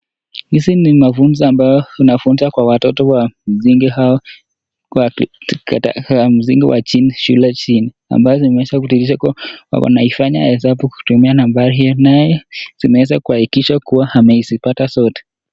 Hizi ni mafunzo ambazo zinafunzwa kwa watoto wa msingi au katika msingi wa chini shule chini ambayo imeweza kudhihirisha kuwa wamefanya hesabu kutumia nambari hio naye zimeweza kuhakikisha kuwa amezipata zote.